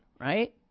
right